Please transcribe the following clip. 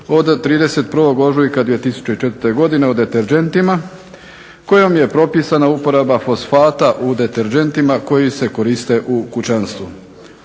od 31.ožujka 2004.godine o deterdžentima kojom je propisana uporaba fosfata u deterdžentima koji se koriste u kućanstvu.